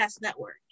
network